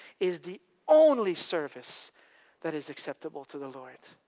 is the only service that is acceptable to the lord.